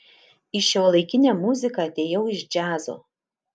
į šiuolaikinę muziką atėjau iš džiazo